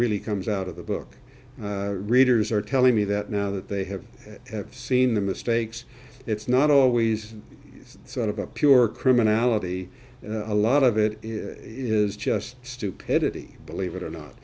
really comes out of the book readers are telling me that now that they have seen the mistakes it's not always sort of a pure criminality a lot of it is just stupidity believe it or